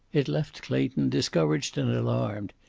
it left clayton discouraged and alarmed,